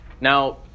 Now